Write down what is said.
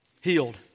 healed